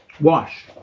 Wash